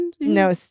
no